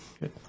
Good